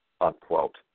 Unquote